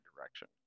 direction